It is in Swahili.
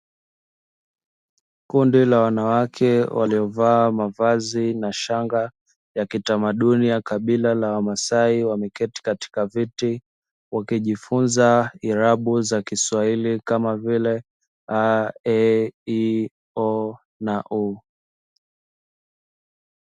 Kundi la wanawake waliovaa mavazi na shanga ya kitamaduni ya kabila la wamaasai wameketi katika viti wakijifunza irabu za kiswahili kama vile: a,e,i,o na u.